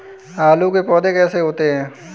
आलू के पौधे कैसे होते हैं?